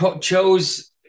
chose